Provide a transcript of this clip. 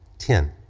ten.